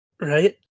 Right